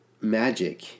magic